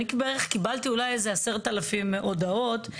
אני קיבלתי אולי איזה 10,000 הודעות מחברים.